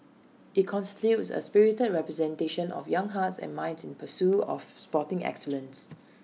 IT constitutes A spirited representation of young hearts and minds in pursuit of sporting excellence